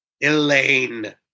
Elaine